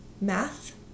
math